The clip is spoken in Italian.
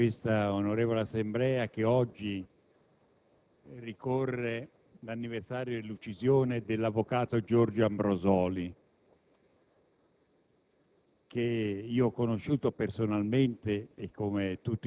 Voglio innanzitutto ricordare a questa onorevole Assemblea che oggi ricorre l'anniversario della morte dell'avvocato Giorgio Ambrosoli,